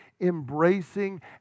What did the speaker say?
embracing